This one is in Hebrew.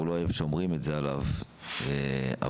הוא לא אוהב שאומרים את זה עליו, אבל